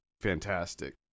fantastic